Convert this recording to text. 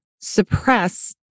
suppress